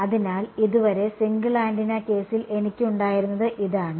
അതിനാൽ ഇതുവരെ single antenna കേസിൽ എനിക്ക് ഉണ്ടായിരുന്നത് ഇതാണ്